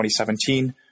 2017